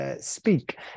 speak